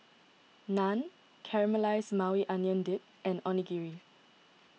Naan Caramelized Maui Onion Dip and Onigiri